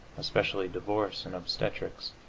especially divorce and obstetrics.